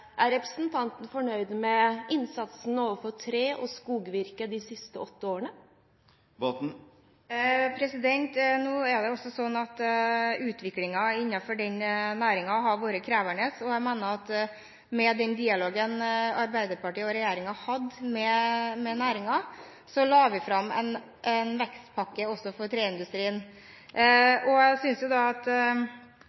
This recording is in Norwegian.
representanten fornøyd med innsatsen overfor tre- og skogvirke de siste åtte årene? Nå er det slik at utviklingen innenfor den næringen har vært krevende, og etter dialogen Arbeiderpartiet og regjeringen hadde med næringen, la vi fram en vekstpakke også for treindustrien.